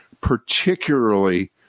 particularly